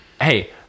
Hey